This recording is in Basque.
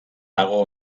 dago